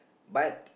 but